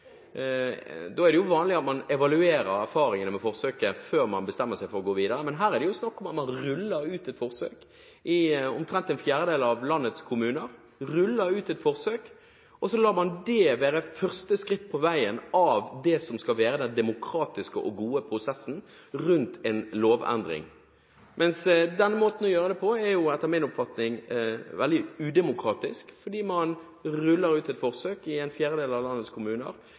gå videre. Men her det jo snakk om at man ruller ut et forsøk i omtrent en fjerdedel av landets kommuner og lar det være første skritt på veien av det som skal være den demokratiske og gode prosessen rundt en lovendring. Denne måten å gjøre det på er etter min oppfatning veldig udemokratisk, fordi man ruller ut et forsøk i en fjerdedel av landets kommuner,